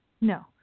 No